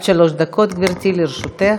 עד שלוש דקות, גברתי, לרשותך.